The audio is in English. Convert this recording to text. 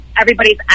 everybody's